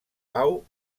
pau